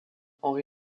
henri